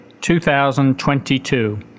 2022